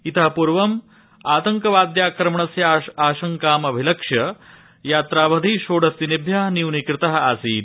इत पूर्वम् आतंकवाद्याक्रमणस्य आशंकाम् अभिलक्ष्य यात्रावधि षो ज्ञादिनेभ्य न्यूनीकृत आसीत्